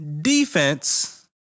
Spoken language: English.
defense